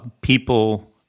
people